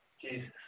Jesus